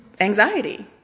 anxiety